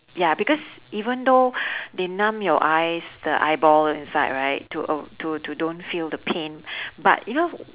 ya because even though they numb your eyes the eyeball inside right to to to don't feel the pain but you know